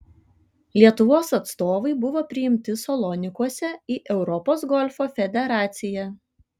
lietuvos atstovai buvo priimti salonikuose į europos golfo federaciją